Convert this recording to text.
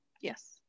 Yes